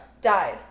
died